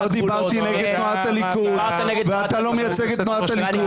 לא דיברתי נגד תנועת הליכוד ואתה לא מייצג את תנועת הליכוד.